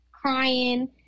Crying